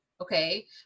Okay